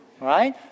right